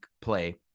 play